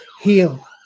heal